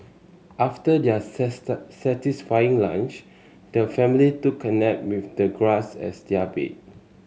after their satisfying lunch the family took a nap with the grass as their bed